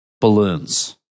balloons